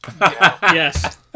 Yes